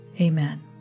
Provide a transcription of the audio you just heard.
amen